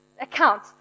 account